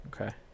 Okay